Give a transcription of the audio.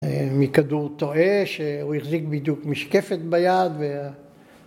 ‫מכדור טועה, ‫שהוא החזיק בדיוק משקפת ביד וה...